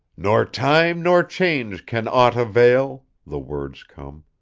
nor time nor change can aught avail, the words come,